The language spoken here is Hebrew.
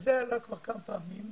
זה עלה כבר כמה פעמים.